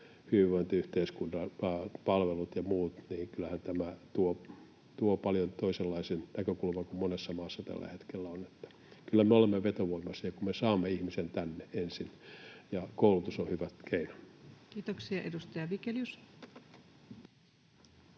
hyvinvointiyhteiskunnan palvelut ja muut tuovat toisenlaisen näkökulman kuin monessa maassa tällä hetkellä on. Kyllä me olemme vetovoimaisia, kun me saamme ihmisen tänne ensin, ja koulutus on hyvä keino. Kiitoksia. — Edustaja Vigelius.